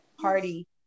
party